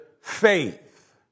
faith